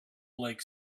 like